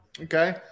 Okay